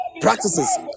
practices